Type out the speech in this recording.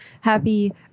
happy